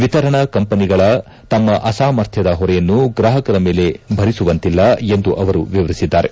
ವಿತರಣಾ ಕಂಪೆನಿಗಳ ತಮ್ಮ ಅಸಾಮಥ್ರ್ವದ ಹೊರೆಯನ್ನು ಗ್ರಾಹಕರ ಮೇಲೆ ಭರಿಸುವಂತಿಲ್ಲ ಎಂದು ಅವರು ವಿವರಿಸಿದ್ದಾರೆ